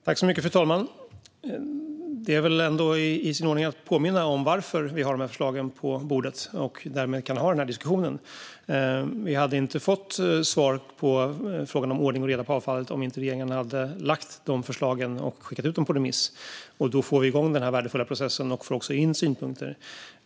Fru talman! Det är väl ändå i sin ordning att påminna om varför vi har de här förslagen på bordet och därmed kan ha den här diskussionen. Vi hade inte fått svar på frågan om ordning och reda på avfallet om inte regeringen hade lagt fram förslagen och skickat ut dem på remiss. Då får vi igång den här värdefulla processen och får också in synpunkter.